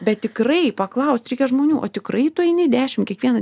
bet tikrai paklausti reikia žmonių o tikrai tu eini dešim kiekvieną